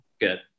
Good